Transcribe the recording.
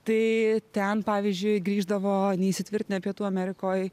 tai ten pavyzdžiui grįždavo neįsitvirtinę pietų amerikoj